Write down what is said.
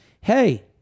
Hey